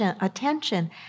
attention